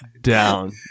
down